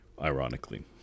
ironically